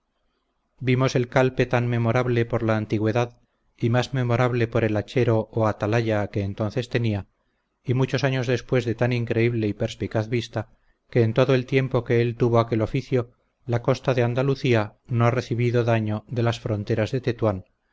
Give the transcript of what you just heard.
vimos el calpe tan memorable por la antigüedad y más memorable por el hachero o atalaya que entonces tenia y muchos años después de tan increíble y perspicaz vista que en todo el tiempo que él tuvo aquel oficio la costa de andalucía no ha recibido daño de las fronteras de tetuán